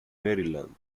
maryland